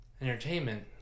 Entertainment